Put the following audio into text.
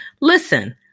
Listen